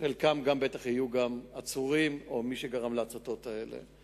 בחלקם בטח יהיו עצורים, מי שגרם להצתות האלה.